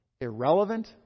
irrelevant